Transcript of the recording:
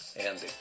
Andy